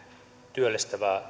työllistävää